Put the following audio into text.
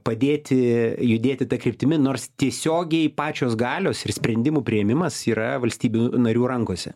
padėti judėti ta kryptimi nors tiesiogiai pačios galios ir sprendimų priėmimas yra valstybių narių rankose